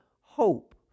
hope